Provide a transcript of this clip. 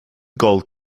gold